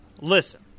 listen